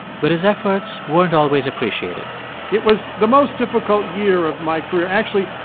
but his efforts weren't always appreciated it was the most difficult year of my career. actually,